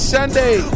Sunday